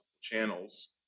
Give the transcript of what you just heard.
channels